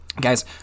Guys